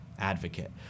advocate